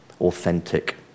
authentic